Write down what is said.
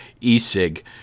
e-cig